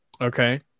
Okay